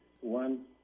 One